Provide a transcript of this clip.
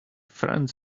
friend